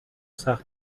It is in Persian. سخت